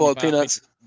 peanuts